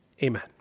Amen